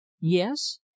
yes